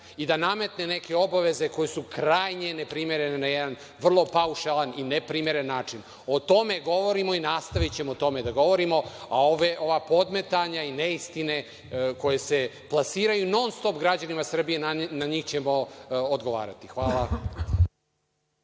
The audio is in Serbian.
i da nametne neke obaveze koje su krajnje neprimerene na jedan vrlo paušalan i neprimeren način. O tome govorimo i nastavićemo o tome da govorimo, a ova podmetanja i neistine koje se plasiraju non-stop građanima Srbije, na njih ćemo odgovarati. Hvala.